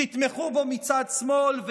תתמכו בו מצד שמאל,